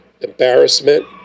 embarrassment